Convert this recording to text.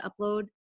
upload